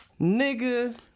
Nigga